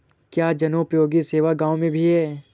क्या जनोपयोगी सेवा गाँव में भी है?